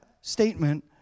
statement